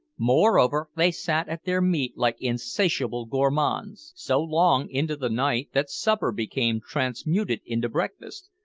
moreover, they sat at their meat like insatiable gourmands, so long into the night that supper became transmuted into breakfast,